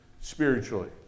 spiritually